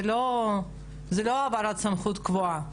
זה לא העברת סמכויות קבועה.